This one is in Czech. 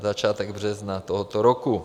Začátek března tohoto roku.